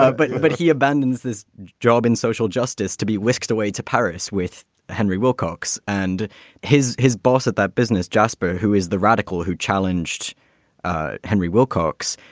ah but but he abandons this job in social justice to be whisked away to paris with henry wilcox and his his boss at that business. jasper, who is the radical who challenged ah henry wilcox,